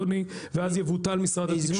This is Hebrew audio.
ואז יבוטל משרד התקשורת.